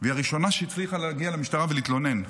והיא הראשונה שהצליחה להגיע למשטרה ולהתלונן,